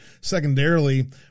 Secondarily